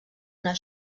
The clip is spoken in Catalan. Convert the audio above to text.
una